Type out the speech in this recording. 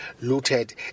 looted